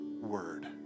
word